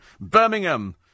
Birmingham